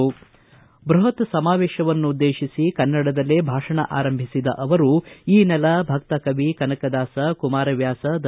ಬ್ಬಹತ್ ಸಮಾವೇಶವನ್ನುದ್ದೇಶಿಸಿ ಕನ್ನಡದಲ್ಲೇ ಭಾಷಣ ಆರಂಭಿಸಿದ ಅವರು ಈ ನೆಲ ಭಕ್ತ ಕವಿ ಕನಕದಾಸ ಕುಮಾರವ್ಯಾಸ ದ